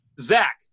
Zach